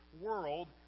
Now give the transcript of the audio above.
world